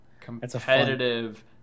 Competitive